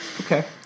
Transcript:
Okay